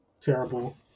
Terrible